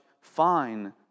fine